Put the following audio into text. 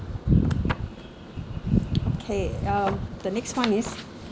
okay um the next one is